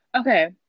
Okay